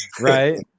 Right